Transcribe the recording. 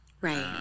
right